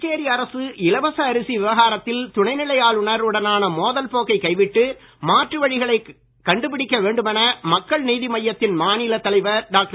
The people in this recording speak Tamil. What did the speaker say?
புதுச்சேரி அரசு இலவச அரிசி விவகாரத்தில் துணைநிலை ஆளுநர் உடனான மோதல் போக்கை கைவிட்டு மாற்று வழிகளை கண்டுபிடிக்க வேண்டுமென மக்கள் நீதி மையத்தின் மாநில தலைவர் டாக்டர்